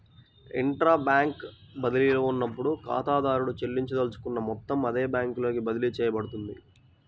intra bank బదిలీలో ఉన్నప్పుడు, ఖాతాదారుడు చెల్లించదలుచుకున్న మొత్తం అదే బ్యాంకులోకి బదిలీ చేయబడుతుంది